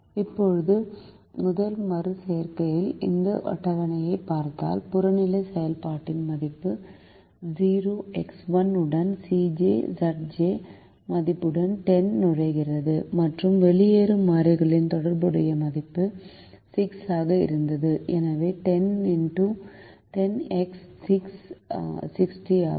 இப்போது முதல் மறு செய்கையில் இந்த அட்டவணையைப் பார்த்தால் புறநிலை செயல்பாட்டின் மதிப்பு 0 X1 உடன் Cj Zj மதிப்புடன் 10 நுழைகிறது மற்றும் வெளியேறும் மாறியின் தொடர்புடைய மதிப்பு 6 ஆக இருந்தது எனவே 10x6 60 ஆகும்